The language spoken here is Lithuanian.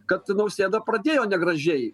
kad nausėda pradėjo negražiai